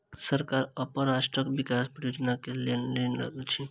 सरकार अपन राष्ट्रक विकास परियोजना के लेल ऋण लैत अछि